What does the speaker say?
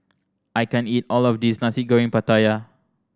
I can't eat all of this Nasi Goreng Pattaya